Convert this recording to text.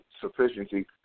sufficiency